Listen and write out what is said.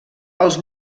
els